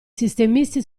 sistemisti